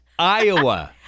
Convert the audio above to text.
Iowa